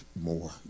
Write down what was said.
more